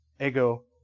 Ego